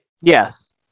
yes